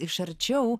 iš arčiau